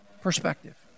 perspective